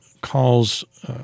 calls